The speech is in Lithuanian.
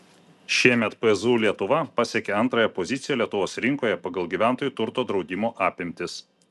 šiemet pzu lietuva pasiekė antrąją poziciją lietuvos rinkoje pagal gyventojų turto draudimo apimtis